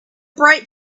bright